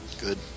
Good